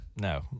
No